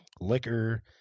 liquor